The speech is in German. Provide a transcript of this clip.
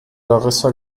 larissa